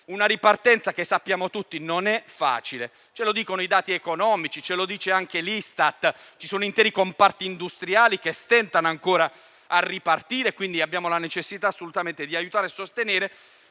Una ripartenza che - sappiamo tutti - non è facile; ce lo dicono i dati economici, ce lo dice anche l'Istat: ci sono interi comparti industriali che stentano ancora a ripartire. Abbiamo quindi la necessità di aiutare e sostenere